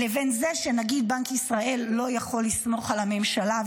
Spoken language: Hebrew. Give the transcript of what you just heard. לבין זה שבנק ישראל לא יכול לסמוך על הממשלה,